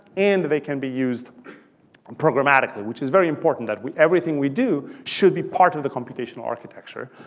and they can be used um programmatically, which is very important that we everything we do should be part of the computational architecture.